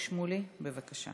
חבר הכנסת איציק שמולי, בבקשה.